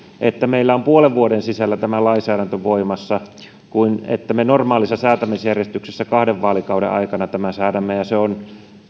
että meillä on puolen vuoden sisällä tämä lainsäädäntö voimassa kuin se että me normaalissa säätämisjärjestyksessä kahden vaalikauden aikana tämän säädämme ja se on